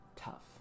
tough